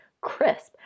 crisp